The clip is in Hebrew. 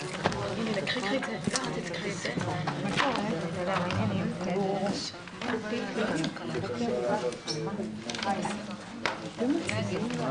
הישיבה ננעלה בשעה 10:56.